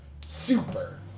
super